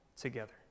together